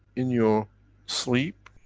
in your sleep,